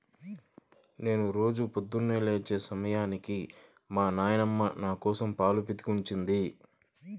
నేను రోజూ పొద్దన్నే లేచే సరికి మా నాన్నమ్మ నాకోసం పాలు పితికి ఉంచుద్ది